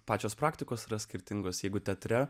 pačios praktikos yra skirtingos jeigu teatre